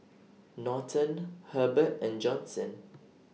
Norton Hebert and Johnson